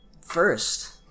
first